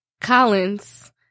Collins